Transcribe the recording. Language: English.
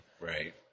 Right